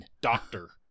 doctor